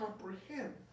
comprehend